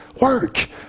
Work